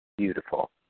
beautiful